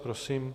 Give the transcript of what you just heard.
Prosím.